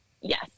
Yes